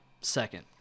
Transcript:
Second